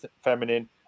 feminine